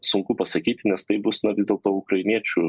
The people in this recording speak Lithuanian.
sunku pasakyti nes tai bus na vis dėlto ukrainiečių